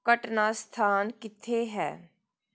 ਘਟਨਾ ਸਥਾਨ ਕਿੱਥੇ ਹੈ